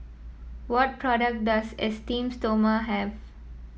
what product does Esteem Stoma have